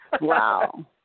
Wow